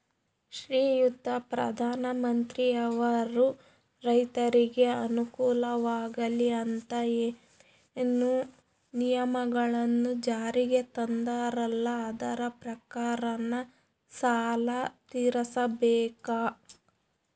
ಶ್ರೀಯುತ ಪ್ರಧಾನಮಂತ್ರಿಯವರು ರೈತರಿಗೆ ಅನುಕೂಲವಾಗಲಿ ಅಂತ ಏನೇನು ನಿಯಮಗಳನ್ನು ಜಾರಿಗೆ ತಂದಾರಲ್ಲ ಅದರ ಪ್ರಕಾರನ ಸಾಲ ತೀರಿಸಬೇಕಾ?